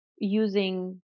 using